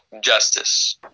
justice